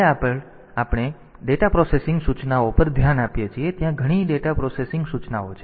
હવે આગળ આપણે ડેટા પ્રોસેસિંગ સૂચનાઓ પર ધ્યાન આપીએ છીએ ત્યાં ઘણી ડેટા પ્રોસેસિંગ સૂચનાઓ છે